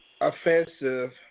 offensive